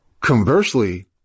Conversely